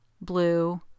blue